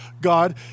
God